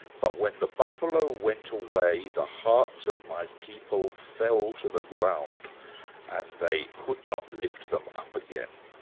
but when the buffalo went away, the hearts of my people fell to the ground and they could not lift them up again.